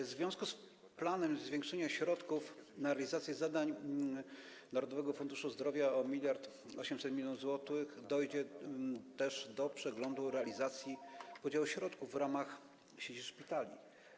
W związku z planem zwiększenia środków na realizację zadań Narodowego Funduszu Zdrowia o 1800 mln zł dojdzie też do przeglądu realizacji podziału środków w ramach sieci szpitali.